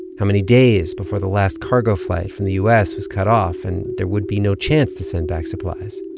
how many days before the last cargo flight from the u s. was cut off and there would be no chance to send back supplies?